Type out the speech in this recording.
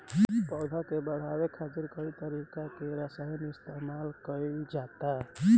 पौधा के बढ़ावे खातिर कई तरीका के रसायन इस्तमाल कइल जाता